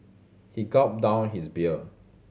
he gulped down his beer